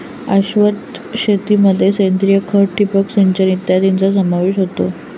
शाश्वत शेतीमध्ये सेंद्रिय खत, ठिबक सिंचन इत्यादींचा समावेश होतो